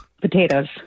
Potatoes